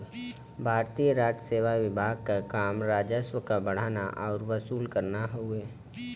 भारतीय राजसेवा विभाग क काम राजस्व क बढ़ाना आउर वसूल करना हउवे